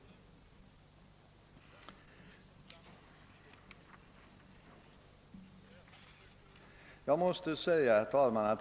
Herr talman!